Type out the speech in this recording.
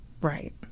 Right